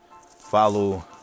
follow